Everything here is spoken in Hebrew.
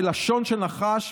לשון של נחש,